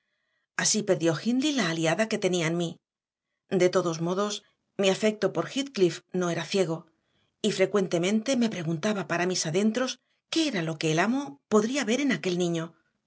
así perdió hindley la aliada que tenía en mí de todos modos mi afecto por heathcliff no era ciego y frecuentemente me preguntaba para mis adentros qué era lo que el amo podría ver en aquel niño